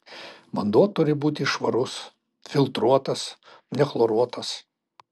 vanduo turi būti švarus filtruotas nechloruotas